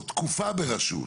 אולי תקופה ברשות,